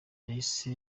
yahise